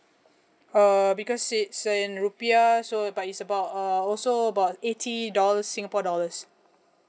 err because it's in rupiah so but it's about err also about eighty dollars singapore dollars